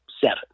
seven